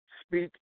speak